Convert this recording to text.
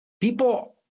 People